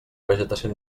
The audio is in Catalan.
vegetació